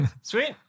Sweet